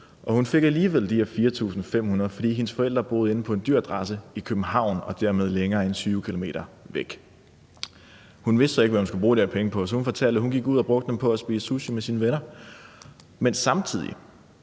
hun fik alligevel de her 4.500 kr., fordi hendes forældre boede inde på en dyr adresse i København og dermed længere end 20 km væk. Hun vidste så ikke, hvad hun skulle bruge de her penge på, så hun fortalte, at hun gik ud og brugte dem på at spise sushi med sine venner. Men samtidig